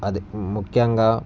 అదే ముఖ్యంగా